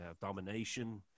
domination